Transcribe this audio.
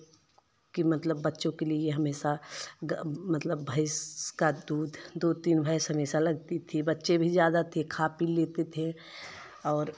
कि मतलब बच्चों के लिए हमेशा मतलब भैंस का दूध दो तीन में हमेशा लगती थी बच्चे भी ज़्यादा थे खा पी लेते थे और